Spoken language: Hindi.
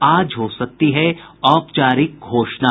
आज हो सकती है औपचारिक घोषणा